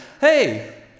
Hey